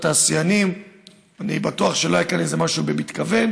התעשיינים אני בטוח שלא היה כאן איזה משהו במתכוון,